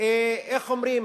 איך אומרים?